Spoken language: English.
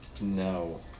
No